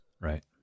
right